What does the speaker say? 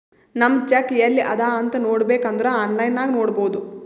ನಮ್ ಚೆಕ್ ಎಲ್ಲಿ ಅದಾ ಅಂತ್ ನೋಡಬೇಕ್ ಅಂದುರ್ ಆನ್ಲೈನ್ ನಾಗ್ ನೋಡ್ಬೋದು